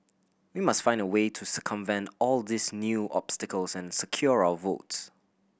we must find a way to circumvent all these new obstacles and secure our votes